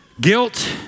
guilt